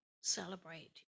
celebrate